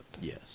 Yes